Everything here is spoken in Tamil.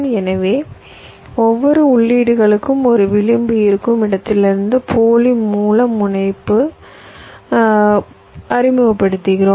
எனவே ஒவ்வொரு உள்ளீடுகளுக்கும் ஒரு விளிம்பு இருக்கும் இடத்திலிருந்து போலி மூல முனைகள் அறிமுகப்படுத்துகிறோம்